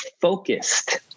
focused